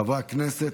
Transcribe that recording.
חברי הכנסת,